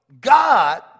God